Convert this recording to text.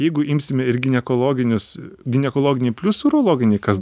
jeigu imsime ir ginekologinius ginekologinį plius urologinį kas